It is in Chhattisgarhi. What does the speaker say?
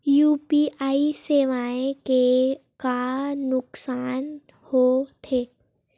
यू.पी.आई सेवाएं के का नुकसान हो थे?